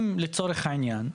אם לצורך העניין,